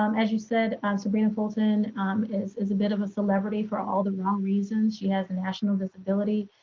um as you said, and sybrina fulton is is a bit of a celebrity for all the wrong reasons. she has national visibility.